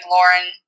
Lauren